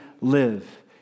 live